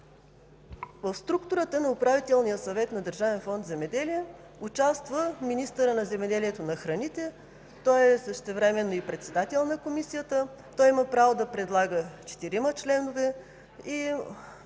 В структурата на Управителния съвет на Държавен фонд „Земеделие“ участва министърът на земеделието и храните, който същевременно е и председател на комисията. Той има право да предлага четирима членове.